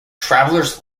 travelers